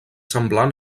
semblant